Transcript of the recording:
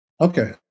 okay